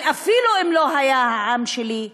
אבל אפילו אם זה לא היה העם שלי,